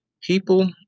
people